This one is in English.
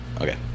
Okay